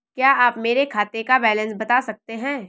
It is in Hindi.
क्या आप मेरे खाते का बैलेंस बता सकते हैं?